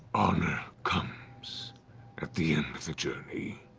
honor comes at the end of the journey.